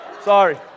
Sorry